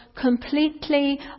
completely